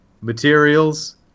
materials